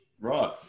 Right